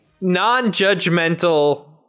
non-judgmental